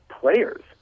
players